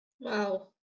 Wow